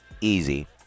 easy